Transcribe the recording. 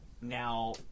now